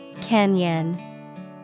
Canyon